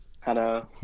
Hello